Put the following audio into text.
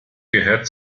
gehört